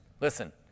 Listen